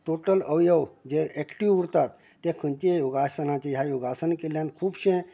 total अवयव जे active उरतात तें खंयचे योगासन ह्या योगासन केल्यान खुबशें